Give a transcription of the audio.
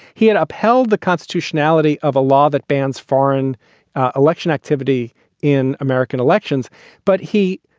he had upheld the constitutionality of a law that bans foreign election activity in american elections but he,